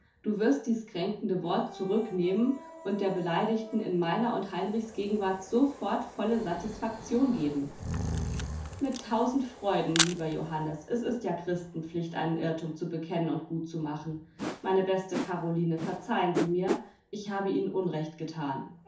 du wirst dies kränkende wort zurücknehmen und der beleidigten in meiner und heinrichs gegenwart sofort volle satisfaktion geben mit tausend freuden lieber johannes es ist ja christenpflicht einen irrtum zu bekennen und gut zu machen meine beste karoline verzeihen sie mir ich habe ihnen unrecht gethan